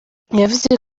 yavuze